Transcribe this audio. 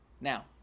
now